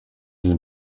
den